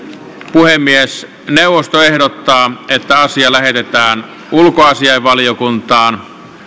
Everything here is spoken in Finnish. puhemiesneuvosto ehdottaa että asia lähetetään ulkoasiainvaliokuntaan